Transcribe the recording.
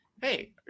Hey